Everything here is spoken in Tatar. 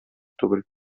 түгел